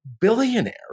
Billionaire